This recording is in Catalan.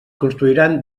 construiran